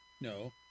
no